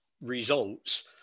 results